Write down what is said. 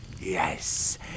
Yes